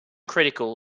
critical